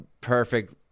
perfect